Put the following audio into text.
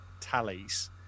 tallies